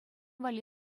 валли